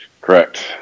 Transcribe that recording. Correct